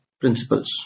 principles